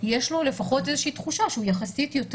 יש לו לפחות איזה שהיא תחושה שהוא יחסית יותר